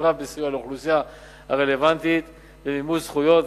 רב בסיוע לאוכלוסייה הרלוונטית במימוש זכויות,